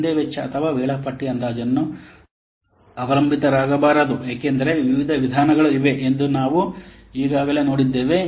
ಒಂದೇ ವೆಚ್ಚ ಅಥವಾ ವೇಳಾಪಟ್ಟಿ ಅಂದಾಜನ್ನು ಅವಲಂಬಿತರಾಗಬಾರದು ಏಕೆಂದರೆ ವಿವಿಧ ವಿಧಾನಗಳು ಇವೆ ಎಂದು ನಾವು ಈಗಾಗಲೇ ನೋಡಿದ್ದೇವೆ